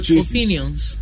opinions